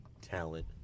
talent